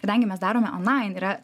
kadangi mes darome online yra